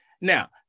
Now